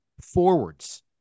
forwards